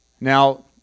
Now